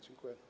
Dziękuję.